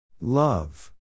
Love